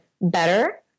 better